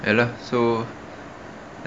ya lah so